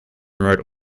wrote